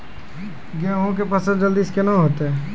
गेहूँ के फसल जल्दी से के ना होते?